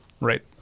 right